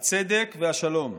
הצדק והשלום.